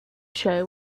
show